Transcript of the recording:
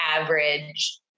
average